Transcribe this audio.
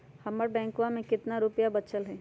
हमर बैंकवा में कितना रूपयवा बचल हई?